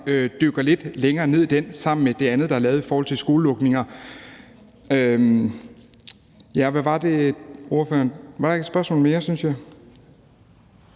dykker lidt længere ned i den sammen med det andet, der er lavet i forhold til skolenedlukninger. Hvad var det, ordføreren spurgte om? Var der ikke et spørgsmål mere?